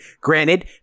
granted